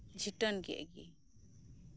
ᱡᱷᱤᱴᱟᱹᱱ ᱠᱮᱫ ᱜᱮ